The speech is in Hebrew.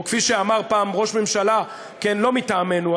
או כפי שאמר פעם ראש ממשלה לא מטעמנו,